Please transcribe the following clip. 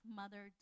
mother